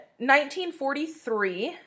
1943